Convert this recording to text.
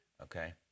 okay